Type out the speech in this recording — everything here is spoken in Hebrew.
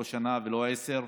לא שנה ולא עשר,